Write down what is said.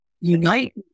unite